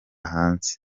hanze